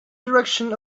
direction